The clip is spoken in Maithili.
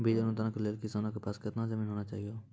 बीज अनुदान के लेल किसानों के पास केतना जमीन होना चहियों?